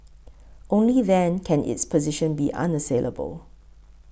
only then can its position be unassailable